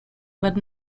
but